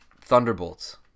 Thunderbolts